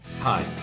Hi